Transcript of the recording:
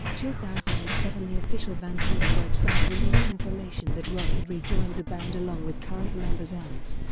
two thousand and seven the official van halen web site released information that roth had rejoined the band along with current members alex,